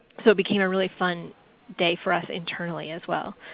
so it became a really fun day for us internally as well.